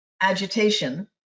agitation